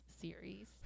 series